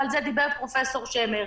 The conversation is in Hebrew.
ועל זה דיבר פרופסור שמר.